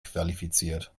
qualifiziert